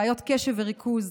בעיות קשב וריכוז,